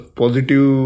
positive